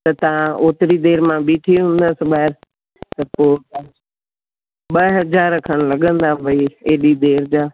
त तव्हां ओतिरी देरि मां बीठी हूंदसि ॿाहिरि त पोइ ॿ हज़ार खणु लॻंदा भई हेॾी देरि जा